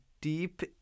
deep